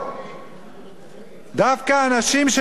דווקא אנשים שמשתמטים ממצוות התורה